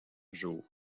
jours